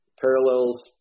parallels